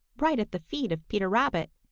right at the feet of peter rabbit.